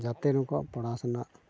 ᱡᱟᱛᱮ ᱱᱩᱠᱩᱣᱟᱜ ᱯᱚᱲᱟᱥᱳᱱᱟ